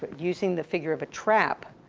but using the figure of a trap,